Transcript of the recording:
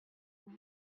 vous